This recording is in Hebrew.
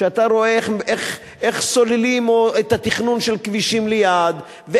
כשאתה רואה איך סוללים את התכנון של כבישים ליד,